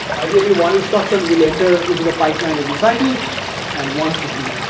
ideally one instruction will enter into the pipeline every cycle and one should be,